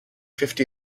fifty